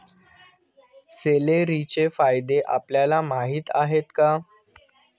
सेलेरीचे फायदे आपल्याला माहीत आहेत का?